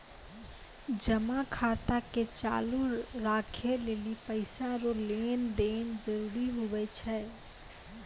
जमा खाता के चालू राखै लेली पैसा रो लेन देन जरूरी हुवै छै